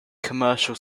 commercial